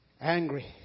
Angry